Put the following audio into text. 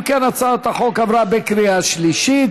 אם כן, הצעת החוק עברה בקריאה שלישית